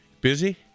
Busy